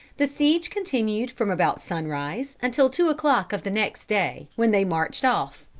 the siege continued from about sunrise until two o'clock of the next day, when they marched off.